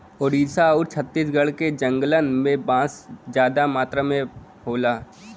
ओडिसा आउर छत्तीसगढ़ के जंगलन में बांस जादा मात्रा में होला